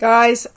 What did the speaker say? Guys